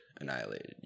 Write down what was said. annihilated